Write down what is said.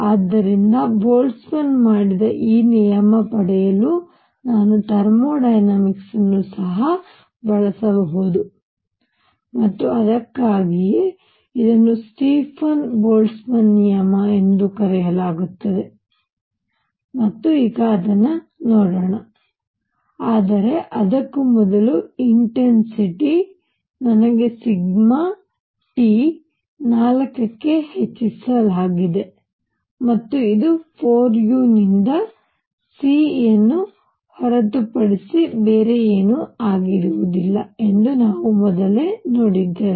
ಆದ್ದರಿಂದ ಬೋಲ್ಟ್ಜ್ಮನ್ ಮಾಡಿದ ಈ ನಿಯಮ ಪಡೆಯಲು ನಾನು ಥರ್ಮೋ ಡೈನಾಮಿಕ್ಸ್ ಅನ್ನು ಸಹ ಬಳಸಬಹುದು ಮತ್ತು ಅದಕ್ಕಾಗಿಯೇ ಇದನ್ನು ಸ್ಟೀಫನ್ ಬೋಲ್ಟ್ಜ್ಮನ್ ನಿಯಮ ಎಂದು ಕರೆಯಲಾಗುತ್ತದೆ ಮತ್ತು ಈಗ ಅದನ್ನು ಮಾಡೋಣ ಆದರೆ ಅದಕ್ಕೂ ಮೊದಲು ಇನ್ಟೆನ್ಸಿಟಿ ನನಗೆ ಸಿಗ್ಮಾ T 4 ಕ್ಕೆ ಹೆಚ್ಚಿಸಲಾಗಿದೆ ಮತ್ತು ಇದು 4u ನಿಂದ c ಹೊರತುಪಡಿಸಿ ಏನೂ ಅಲ್ಲ ಎಂದು ನಾವು ಮೊದಲೇ ನೋಡಿದ್ದೇವೆ